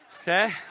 okay